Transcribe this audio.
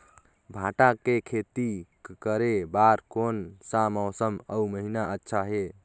भांटा के खेती करे बार कोन सा मौसम अउ महीना अच्छा हे?